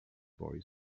boy